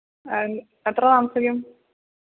ആ എത്ര താമസിക്കും